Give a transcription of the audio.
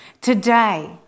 Today